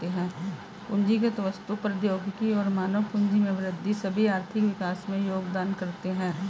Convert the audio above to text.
पूंजीगत वस्तु, प्रौद्योगिकी और मानव पूंजी में वृद्धि सभी आर्थिक विकास में योगदान करते है